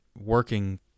working